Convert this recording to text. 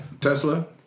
Tesla